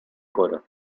coro